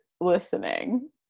listening